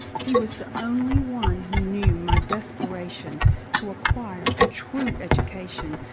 he was the only one who knew my despiration to acquire a true education,